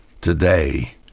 today